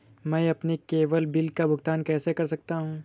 मैं अपने cable bill का भुगतान कैसे कर सकता हूँ?